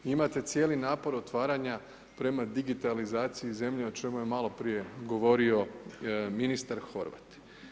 Imate cijeli napor otvaranja prema digitalizaciji zemlje o čemu je maloprije govorio ministar Horvat.